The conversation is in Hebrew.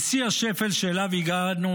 ושיא השפל שאליו הגענו,